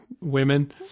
women